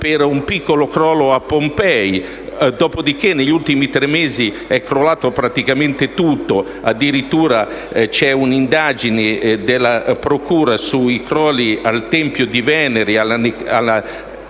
per un piccolo crollo a Pompei; dopodiché negli ultimi tre mesi è crollato praticamente tutto: addirittura c'è un'indagine della procura sui crolli al tempio di Venere, alla necropoli